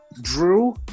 Drew